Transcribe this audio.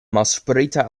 malsprita